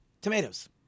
tomatoes